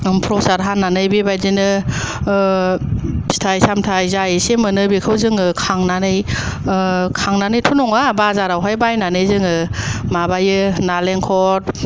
फ्रसाद हानानै बेबायदिनो ओ फिथाइ सामथाइ जा इसे मोनो खांनानै ओ खांनानैथ' नङा बाजारावहाय बायनानै जोङो माबायो नालेंखर